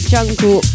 Jungle